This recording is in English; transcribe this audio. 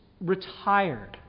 retired